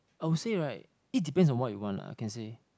I will say right it depends on what you want lah I can say